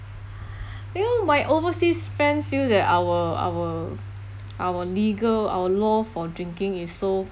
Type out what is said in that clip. you know my overseas friends feel that our our our legal our law for drinking is so